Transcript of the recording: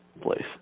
place